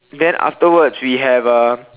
then afterwards we have uh